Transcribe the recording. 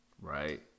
right